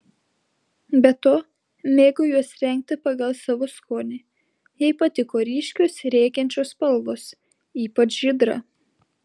be to mėgo juos rengti pagal savo skonį jai patiko ryškios rėkiančios spalvos ypač žydra